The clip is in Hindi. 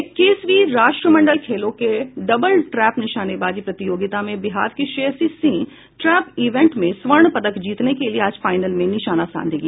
इक्कीसवीं राष्ट्रमंडल खेलों के डबल ट्रैप निशानेबाजी प्रतियागिता में बिहार की श्रेयसी सिंह ट्रैप इवेंट में स्वर्ण पदक जीतने के लिये आज फाईनल में निशाना साधेंगी